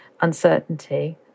uncertainty